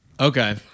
Okay